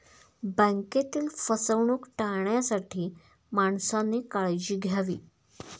बँकेतील फसवणूक टाळण्यासाठी माणसाने काळजी घ्यावी